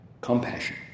compassion